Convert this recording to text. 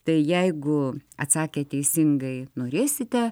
tai jeigu atsakę teisingai norėsite